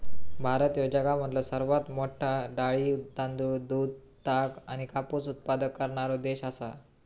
भारत ह्यो जगामधलो सर्वात मोठा डाळी, तांदूळ, दूध, ताग आणि कापूस उत्पादक करणारो देश आसा